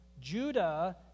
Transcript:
Judah